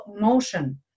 motion